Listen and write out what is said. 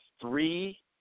Three